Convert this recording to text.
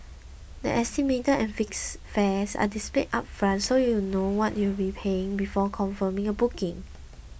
the estimated and fixed fares are displayed upfront so you know what you'll be paying before confirming a booking